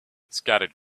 scattered